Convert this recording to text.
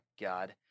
God